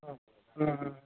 ہاں ہاں ہاں